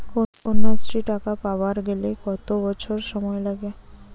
কন্যাশ্রী টাকা পাবার গেলে কতো বছর বয়স লাগে?